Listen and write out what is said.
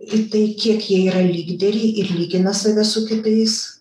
į tai kiek jie yra lyderiai ir lygina save su kitais